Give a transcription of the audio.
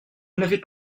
n’avez